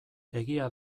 egia